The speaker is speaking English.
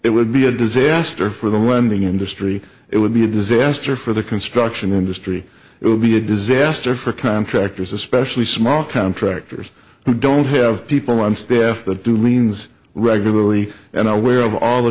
it would be a disaster for the lending industry it would be a disaster for the construction industry it would be a disaster for contractors especially small contractors who don't have people on staff that do means regularly and aware of all the